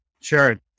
Sure